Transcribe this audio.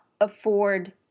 afford